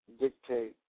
dictate